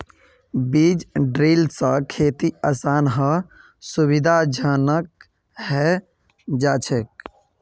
बीज ड्रिल स खेती आसान आर सुविधाजनक हैं जाछेक